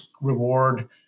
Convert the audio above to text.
reward